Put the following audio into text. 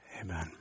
Amen